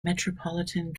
metropolitan